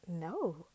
no